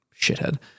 shithead